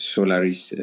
Solaris